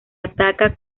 ataca